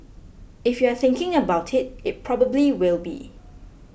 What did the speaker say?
if you're thinking about it it probably will be